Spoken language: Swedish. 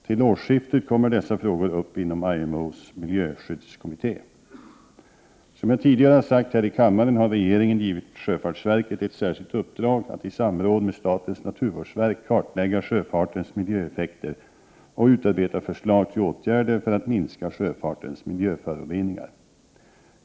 Till årsskiftet kommer dessa frågor upp inom IMO:s miljöskyddskommitté. Som jag tidigare har sagt här i kammaren har regeringen givit sjöfartsverket ett särskilt uppdrag att i samråd med statens naturvårdsverk kartlägga sjöfartens miljöeffekter och utarbeta förslag till åtgärder för att minska sjöfartens miljöföroreningar.